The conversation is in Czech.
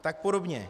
A tak podobně.